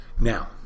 Now